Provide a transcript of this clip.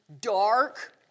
dark